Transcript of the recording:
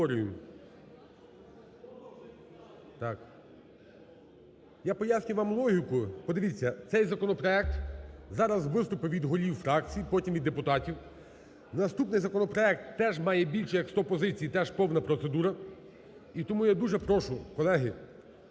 Я поясню вам логіку. Подивіться, цей законопроект: зараз виступи від голів фракцій, потім від депутатів. Наступний законопроект теж має більше ніж 100 позицій і теж повна процедура. І тому я дуже прошу, колеги,